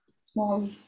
small